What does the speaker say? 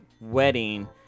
wedding